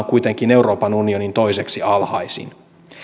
kuitenkin euroopan unionin toiseksi alhaisin